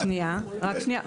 שנייה, רק שנייה.